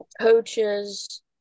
coaches